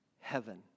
heaven